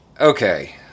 Okay